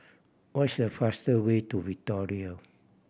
what is a faster way to Victoria